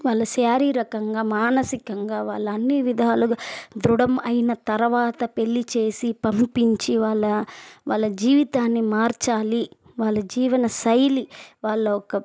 వాళ్ళు శారీరకంగా మానసికంగా వాళ్ళు అన్నీ విధాలుగా దృఢం అయినా తర్వాత పెళ్ళి చేసి పంపించి వాళ్ళ వాళ్ళ జీవితాన్ని మార్చాలి వాళ్ళ జీవన శైలి వాళ్ళ ఒక